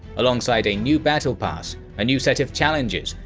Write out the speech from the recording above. alongside a new battle pass, a new set of challenges,